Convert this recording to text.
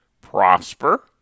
prosper